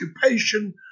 occupation